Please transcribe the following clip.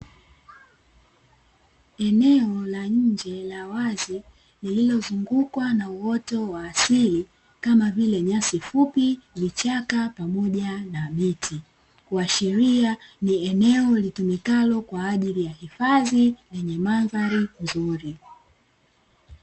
Eneo la nje la wazi lililozungukwa na uoto wa asili kama vile nyasi fupi, vichaka pamoja na miti kuashiria ni eneo litumikalo kwa ajili ya hifadhi lenye mandhari nzuri.